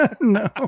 No